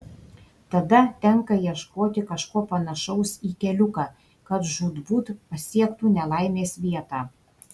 tada tenka ieškoti kažko panašaus į keliuką kad žūtbūt pasiektų nelaimės vietą